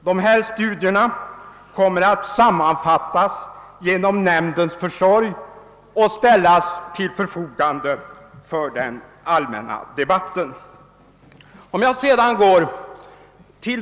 Dessa studier kommer nu att sammanfattas genom nämndens försorg och ställas till förfogande för den allmänna debatten.